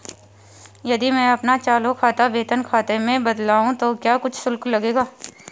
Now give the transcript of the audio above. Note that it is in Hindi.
यदि मैं अपना चालू खाता वेतन खाते में बदलवाऊँ तो क्या कुछ शुल्क लगेगा?